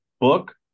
book